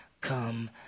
come